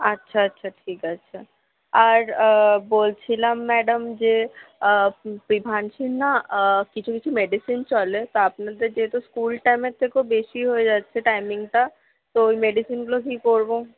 আচ্ছা আচ্ছা ঠিক আছে আর বলছিলাম ম্যাডাম যে প্রিভাংশীর না কিছু কিছু মেডিসিন চলে তা আপনাদের যেহেতু স্কুল টাইমের থেকেও বেশি হয়ে যাচ্ছে টাইমিংটা তো ওই মেডিসিনগুলো কী করব